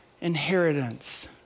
inheritance